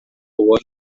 ubone